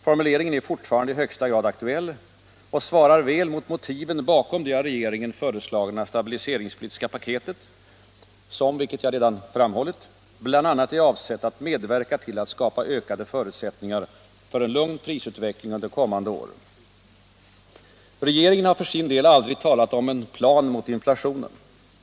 Formuleringen är fortfarande i högsta grad aktuell och svarar väl mot motiven bakom det av regeringen föreslagna stabiliseringspolitiska paketet som — vilket jag redan framhållit — bl.a. är avsett att medverka till att skapa ökade förutsättningar för en lugn prisutveckling under kommande år. Regeringen har för sin del aldrig talat om en ”plan mot inflationen”.